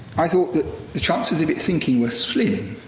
i thought that the chances of it sinking were slim.